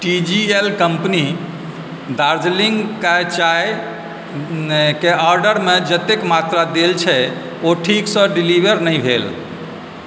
T G L company Darjeeling कारी चायके ऑर्डरमे जतेक मात्रा देल छै ओ ठीकसँ डिलीवर नहि भेल